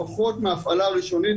לפחות מההפעלה הראשונית,